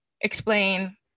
explain